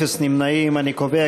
משרד הבריאות,